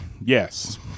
Yes